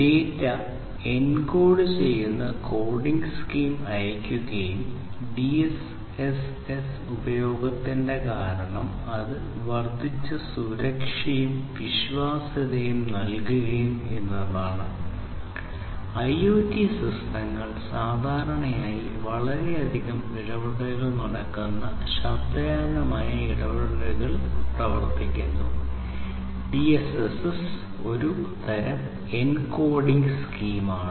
ഘട്ടം shift keying modulation വിവരങ്ങളും അതിന്റെ വ്യത്യസ്ത വകഭേദങ്ങളും എൻകോഡ് ചെയ്യുന്നു